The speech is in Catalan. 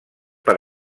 per